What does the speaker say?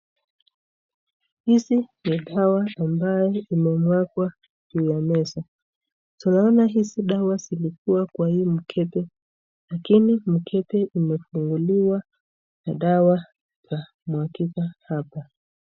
Hizi ni dawa ambazo imemwagwa juu ya meza. Tunaona hizi dawa zilikuwa kwa hii mkembe lakini mkembe imefunguliwa na dawa imemwagika hapa.